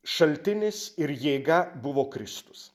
šaltinis ir jėga buvo kristus